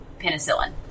penicillin